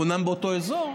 אומנם באותו אזור,